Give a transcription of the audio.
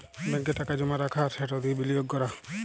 ব্যাংকে টাকা জমা রাখা আর সেট দিঁয়ে বিলিয়গ ক্যরা